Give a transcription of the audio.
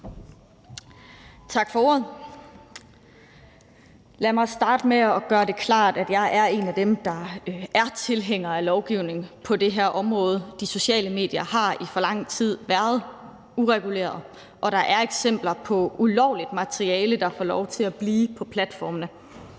Tak for ordet. Lad mig starte med at gøre det klart, at jeg er en af dem, der er tilhænger af lovgivning på det her område. De sociale medier har i for lang tid været uregulerede, og der er eksempler på ulovligt materiale, der får lov til at blive på platformene.